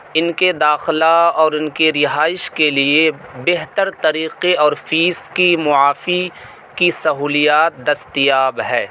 ان کے داخلہ اور ان کے رہائش کے لیے بہتر طریقے اور فیس کی معافی کی سہولیات دستیاب ہے